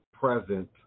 present